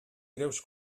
greus